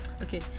Okay